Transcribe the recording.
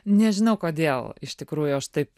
nežinau kodėl iš tikrųjų aš taip